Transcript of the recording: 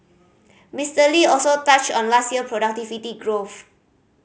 Mister Lee also touched on last year productivity growth